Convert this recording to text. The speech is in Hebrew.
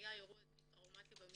-- היה אירוע די טראומתי במשפחה,